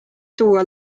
tuua